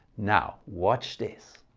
now watch this.